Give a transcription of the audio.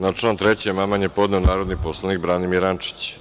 Na član 3. amandman je podneo narodni poslanik Branimir Rančić.